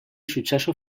successo